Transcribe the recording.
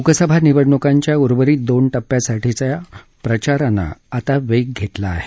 लोकसभा निवडणुकांच्या उर्वरीत दोन टप्प्यांसाठीचा प्रचारानं आता वेग धरला आहे